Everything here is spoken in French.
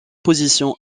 position